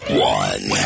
one